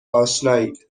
آشنایید